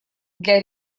для